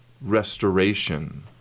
restoration